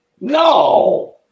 No